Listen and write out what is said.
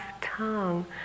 tongue